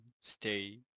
stay